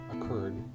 occurred